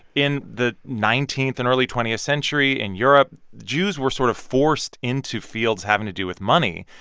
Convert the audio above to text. in the nineteenth and early twentieth century in europe, jews were sort of forced into fields having to do with money.